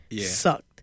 sucked